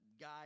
guy